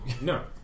no